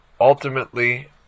ultimately